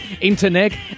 internet